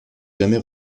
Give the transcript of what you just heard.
jamais